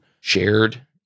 shared